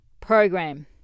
program